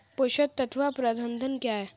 पोषक तत्व प्रबंधन क्या है?